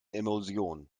emulsion